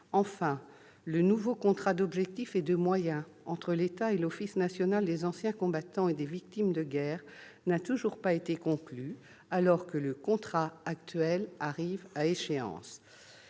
Enfin, le nouveau contrat d'objectifs et de moyens entre l'État et l'office national des anciens combattants et victimes de guerre n'a toujours pas été conclu, alors que le contrat actuel arrive à échéance.